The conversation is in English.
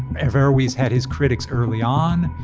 averroes had his critics early on.